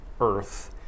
earth